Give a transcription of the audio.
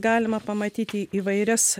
galima pamatyti įvairias